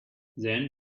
then